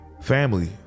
Family